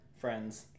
Friends